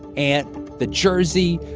and the jersey,